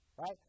right